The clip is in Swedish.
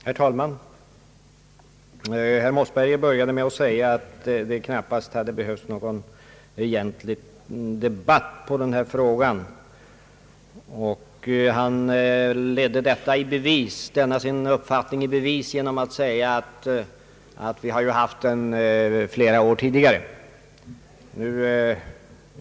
Herr talman! Herr Mossberger började med att förklara att det knappast behövdes någon egentlig debatt i den här frågan, och han sökte leda denna sin uppfattning i bevis genom att säga att vi diskuterat frågan under flera år tidigare.